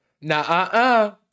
Nah-uh-uh